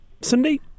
Cindy